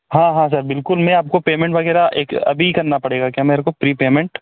हाँ हाँ सर बिल्कुल मैं आपको पेमेंट वगैरह एक अभी करना पड़ेगा क्या मेरेको प्री पेमेंट